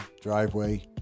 driveway